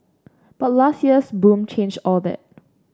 but last year's boom changed all that